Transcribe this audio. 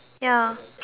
ya